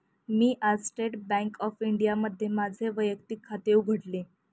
मी आज State Bank of इंडियामध्ये माझे वैयक्तिक खाते उघडले